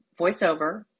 voiceover